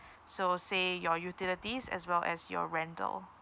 so say your utilities as well as your rental